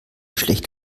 schlecht